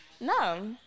No